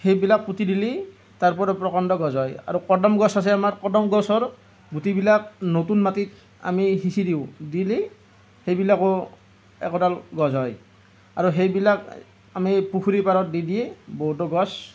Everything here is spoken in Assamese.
সেইবিলাক পুতি দিলে তাৰ পৰা প্ৰকাণ্ড গছ হয় আৰু কদম গছ আছে আমাৰ কদম গছৰ গুটিবিলাক নতুন মাটিত আমি সিঁচি দিওঁ দিলে সেইবিলাকো একোডাল গছ হয় আৰু সেইবিলাক আমি পুখুৰী পাৰত দি দি বহুতো গছ